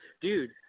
dude